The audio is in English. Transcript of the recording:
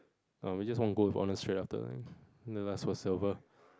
um we just won gold with honour straight after and the last was silver